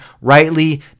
rightly